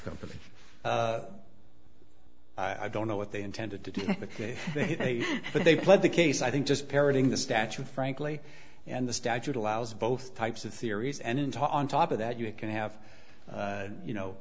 company i don't know what they intended to do but they pled the case i think just parroting the statute frankly and the statute allows both types of theories and in to on top of that you can have you know